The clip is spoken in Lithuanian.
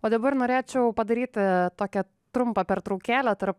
o dabar norėčiau padaryti tokią trumpą pertraukėlę tarp